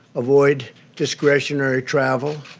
avoid discretionary travel,